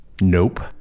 Nope